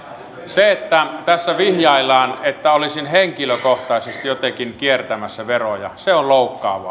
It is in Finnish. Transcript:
se että tässä vihjaillaan että olisin henkilökohtaisesti jotenkin kiertämässä veroja on loukkaavaa